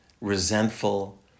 resentful